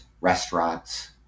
restaurants